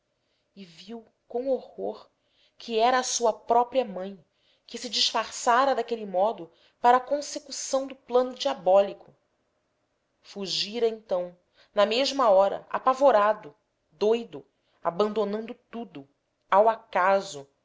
e viu com horror que era sua própria mãe que se disfarçara daquele modo para a consecução do plano diabólico fugira então na mesma hora apavorado doudo abandonando tudo ao acaso